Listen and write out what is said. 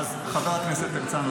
חבר כנסת הרצנו,